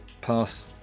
Pass